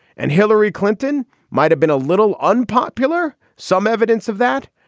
and hillary clinton might have been a little unpopular. some evidence of that.